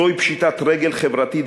זוהי פשיטת רגל חברתית,